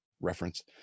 reference